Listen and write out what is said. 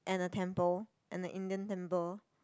and a temple and a Indian temple